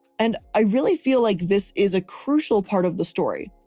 and i really feel like this is a crucial part of the story.